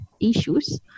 issues